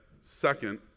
second